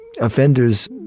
offenders